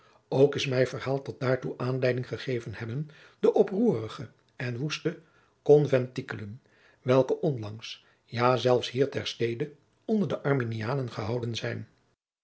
ook is mij verhaald dat daartoe aanleiding gegeven hebben de oproerige en woeste conventikelen welke onlangs ja zelfs hier ter stede onder de arminianen gehouden zijn